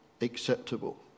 acceptable